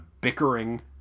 bickering